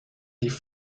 lief